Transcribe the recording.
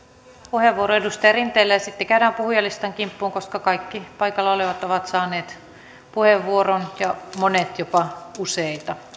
puheenvuoro edustaja rinteelle ja sitten käydään puhujalistan kimppuun koska kaikki paikalla olevat ovat saaneet puheenvuoron ja monet jopa useita